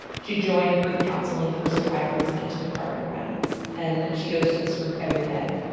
she joined group counseling for survivors of intimate partner violence. and she goes to this group every day.